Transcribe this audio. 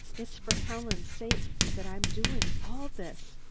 it's for helen's sake that i'm doing all this,